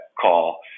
call